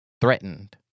threatened